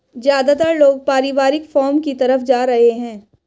ज्यादातर लोग पारिवारिक फॉर्म की तरफ जा रहै है